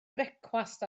brecwast